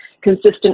consistent